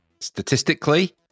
Statistically